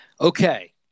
Okay